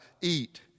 eat